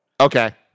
Okay